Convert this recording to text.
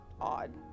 odd